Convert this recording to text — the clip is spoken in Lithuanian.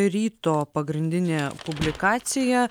ryto pagrindinė publikacija